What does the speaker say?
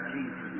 Jesus